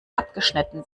abgeschnitten